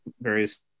various